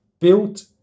built